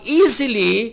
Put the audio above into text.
easily